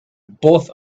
both